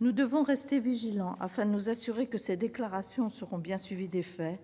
Nous devons rester vigilants afin de nous assurer que ces déclarations seront bien suivies d'effets.